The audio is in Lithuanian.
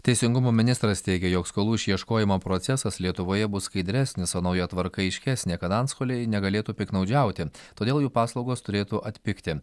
teisingumo ministras teigia jog skolų išieškojimo procesas lietuvoje bus skaidresnis o nauja tvarka aiškesnė kad antstoliai negalėtų piktnaudžiauti todėl jų paslaugos turėtų atpigti